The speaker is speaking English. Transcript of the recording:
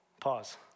pause